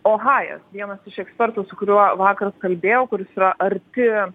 ohajas vienas iš ekspertų su kuriuo vakar kalbėjau kuris yra arti